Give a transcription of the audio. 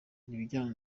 ibijyanye